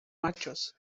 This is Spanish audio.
machos